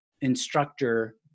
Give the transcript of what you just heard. instructor